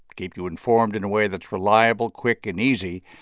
keep you informed in a way that's reliable, quick and easy.